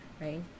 right